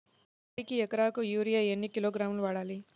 వరికి ఎకరాకు యూరియా ఎన్ని కిలోగ్రాములు వాడాలి?